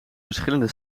verschillende